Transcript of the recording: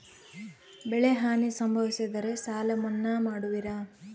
ಬೆಳೆಹಾನಿ ಸಂಭವಿಸಿದರೆ ಸಾಲ ಮನ್ನಾ ಮಾಡುವಿರ?